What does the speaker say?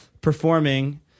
performing